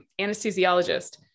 anesthesiologist